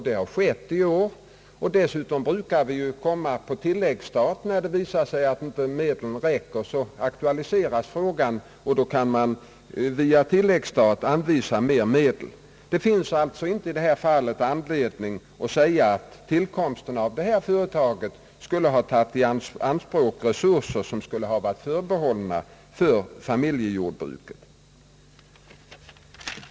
Det har skett i år. Dessutom brukar vi ju återkomma på tilläggsstat — när det visar sig att medlen inte räcker. I detta fall finns det alltså inte anledning att säga, att tillkomsten av detta företag skulle ha lett till att man tagit i anspråk resurser som varit förbehållna familjejordbruket.